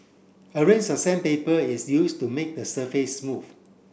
a range of sandpaper is used to make the surface smooth